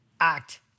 act